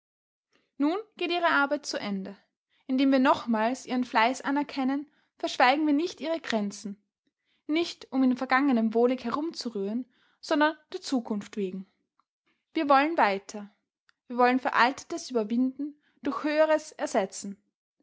nun geht ihre arbeit zu ende indem wir nochmals ihren fleiß anerkennen verschweigen wir nicht ihre grenzen nicht um in vergangenem wohlig herumzurühren sondern der zukunft wegen wir wollen weiter wir wollen veraltetes überwinden durch höheres ersetzen